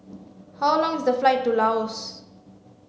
how long is the flight to Laos